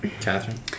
Catherine